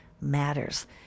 matters